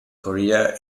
korea